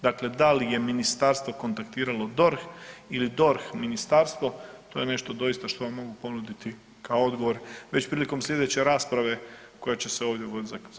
Dakle, da li je ministarstvo kontaktiralo DORH ili DORH ministarstvo, to je nešto doista što vam mogu ponuditi kao odgovor već prilikom sljedeće rasprave koja će se ovdje voditi za par tjedana.